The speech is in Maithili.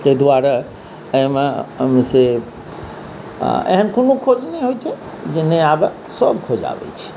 ताहि दुआरे एहिमेसँ एहन कोनो खोज नहि होइ छै जे नहि आबै सभ खोज आबै छै